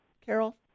Carol